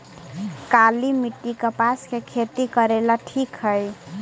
काली मिट्टी, कपास के खेती करेला ठिक हइ?